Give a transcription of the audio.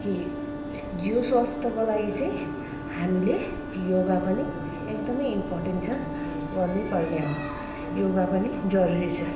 कि जिउ स्वास्थ्यको लागि चाहिँ हामीले योगा पनि एकदमै इम्पोर्टेन्ट छ गर्नै पर्ने हो योगा पनि जरुरी छ